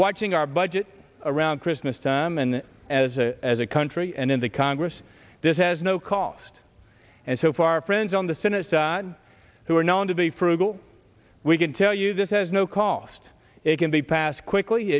watching our budget around christmas time and as a as a country and in the congress this has no cost and so far friends on the senate who are known to be frugal we can tell you this has no cost it can be passed quickly